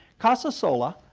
casasola,